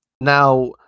Now